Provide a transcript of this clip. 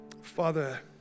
Father